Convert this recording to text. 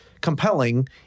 compelling